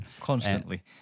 constantly